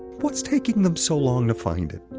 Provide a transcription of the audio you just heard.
what's taking them so long to find it?